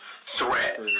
threat